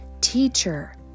Teacher